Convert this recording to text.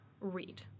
read